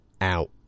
out